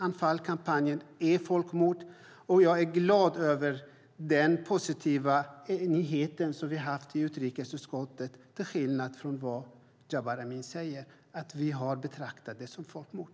Anfalkampanjen är folkmord. Jag är glad över den positiva nyheten som vi haft i utrikesutskottet, till skillnad från vad Jabar Amin säger, att vi har betraktat det som folkmord.